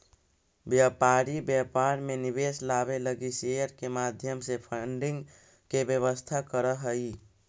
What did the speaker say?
व्यापारी व्यापार में निवेश लावे लगी शेयर के माध्यम से फंडिंग के व्यवस्था करऽ हई